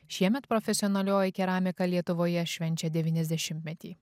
šiemet profesionalioji keramika lietuvoje švenčia devyniasdešimtmetį